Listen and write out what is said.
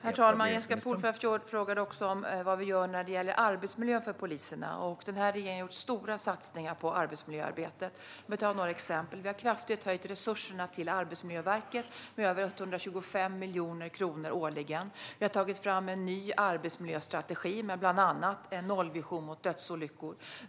Herr talman! Jessica Polfjärd frågar också vad vi gör för arbetsmiljön för poliserna. Regeringen har gjort stora satsningar på arbetsmiljöarbetet. Låt mig ta några exempel. Vi har kraftigt höjt resurserna till Arbetsmiljöverket med över 125 miljoner kronor årligen. Vi har tagit fram en ny arbetsmiljöstrategi med bland annat en nollvision mot dödsolyckor.